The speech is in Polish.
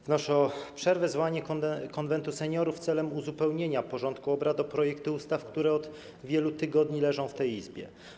Wnoszę o przerwę i zwołanie Konwentu Seniorów celem uzupełnienia porządku obrad o projekty ustaw, które od wielu tygodni leżą w tej Izbie.